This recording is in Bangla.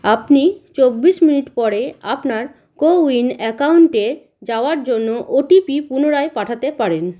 আপনি চব্বিশ মিনিট পরে আপনার কোউইন অ্যাকাউন্টে যাওয়ার জন্য ওটিপি পুনরায় পাঠাতে পারেন